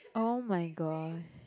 oh my gosh